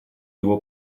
его